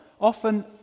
often